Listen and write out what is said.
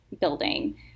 building